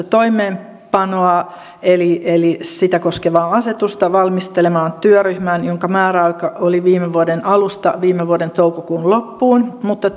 toimeenpanoa eli eli sitä koskevaa asetusta valmistelemaan työryhmän jonka määräaika oli viime vuoden alusta viime vuoden toukokuun loppuun mutta